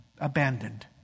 abandoned